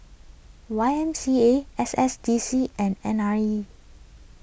Y M C A S S D C and N I E